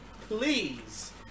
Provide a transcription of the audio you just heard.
please